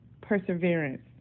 perseverance